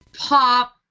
pop